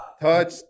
Touch